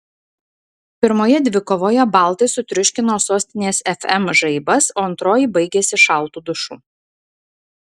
pirmoje dvikovoje baltai sutriuškino sostinės fm žaibas o antroji baigėsi šaltu dušu